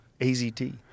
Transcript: AZT